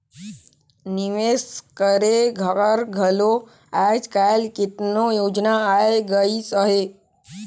निवेस करे कर घलो आएज काएल केतनो योजना आए गइस अहे